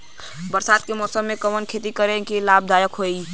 बरसात के मौसम में कवन खेती करे में लाभदायक होयी?